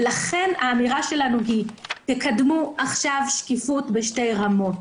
לכן האמירה שלנו היא: תקדמו עכשיו שקיפות בשתי רמות.